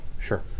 Sure